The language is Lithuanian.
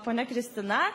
ponia kristina